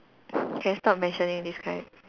can you stop mentioning this guy